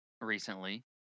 recently